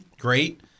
great